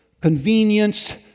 convenience